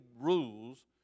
rules